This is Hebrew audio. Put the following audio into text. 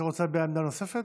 אתה רוצה עמדה נוספת?